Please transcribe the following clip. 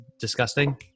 disgusting